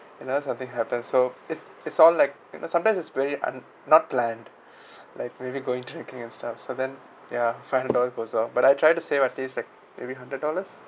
you know something happened so it's it's all like sometimes it's really un~ not planned like maybe going drinking and stuff so then ya five hundred dollars blows off but I try to save at least like maybe hundred dollars